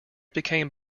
became